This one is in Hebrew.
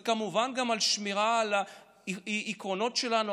וכמובן גם השמירה על העקרונות שלנו,